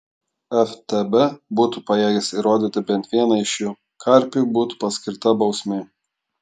ftb būtų pajėgęs įrodyti bent vieną iš jų karpiui būtų paskirta bausmė